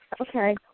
Okay